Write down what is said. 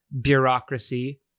bureaucracy